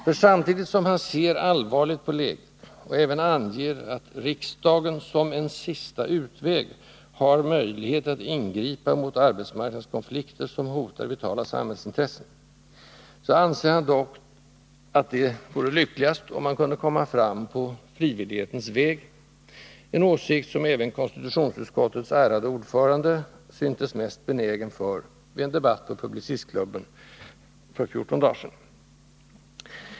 För samtidigt som han ser allvarligt på läget och även anger att ”riksdagen har möjlighet att — som en sista utväg — ingripa med lagstiftning mot sådana konflikter på arbetsmarknaden som hotar vitala samhällsintressen” anser han dock att det vore lyckligast om man kunde komma fram på frivillighetens väg — en åsikt som även konstitutionsutskottets ärade ordförande syntes mest benägen för vid en debatt på Publicistklubben för fjorton dagar sedan.